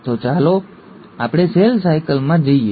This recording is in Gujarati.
તો ચાલો આપણે સેલ સાયકલમાં જઈએ